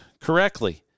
correctly